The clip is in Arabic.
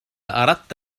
أردت